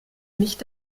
nicht